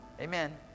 Amen